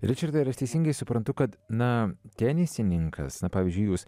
ričardai ar aš teisingai suprantu kad na tenisininkas na pavyzdžiui jūs